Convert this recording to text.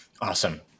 Awesome